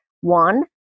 One